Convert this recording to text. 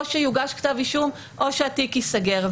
או שיוגש כתב אישום או שהתיק ייסגר.